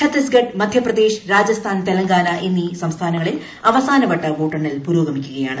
ഛത്തീഗഢ് മധ്യപ്രദേശ് രാജസ്ഥാൻ തെലങ്കാന എന്നീ സംസ്ഥാനങ്ങളിൽ അവസാനവട്ട വോട്ടെണ്ണൽ പുരോഗമിക്കുകയാണ്